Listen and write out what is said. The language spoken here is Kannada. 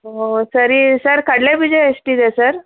ಓಹ್ ಸರಿ ಸರ್ ಕಡಲೆಬೀಜ ಎಷ್ಟಿದೆ ಸರ್